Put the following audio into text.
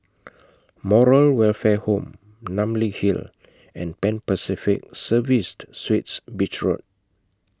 Moral Welfare Home Namly Hill and Pan Pacific Serviced Suites Beach Road